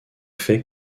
fait